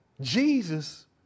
Jesus